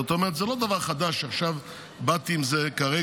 זאת אומרת זה לא דבר חדש שעכשיו באתי איתו כרגע.